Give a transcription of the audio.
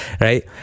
right